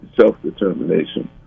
self-determination